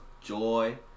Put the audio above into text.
joy